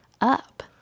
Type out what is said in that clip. up